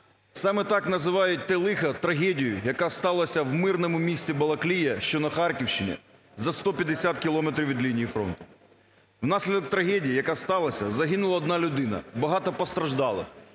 саме так називають те лихо, трагедію, яка сталася в мирному місті Балаклія, що Харківщині, за 150 кілометрів від лінії фронту. Внаслідок трагедії, яка сталася, загинула одна людина багато постраждало,